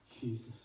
Jesus